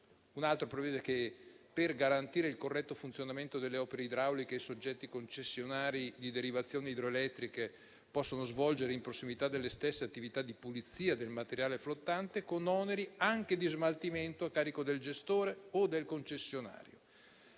L'altro prevede che per garantire il corretto funzionamento delle opere idrauliche, i soggetti concessionari di derivazioni idroelettriche possano svolgere in prossimità delle stesse attività di pulizia del materiale flottante con oneri anche di smaltimento a carico del gestore o del concessionario.